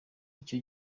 icyo